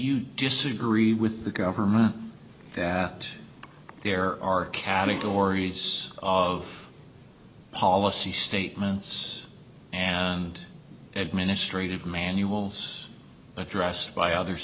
you disagree with the government there are categories of policy statements and administrative manuals addressed by other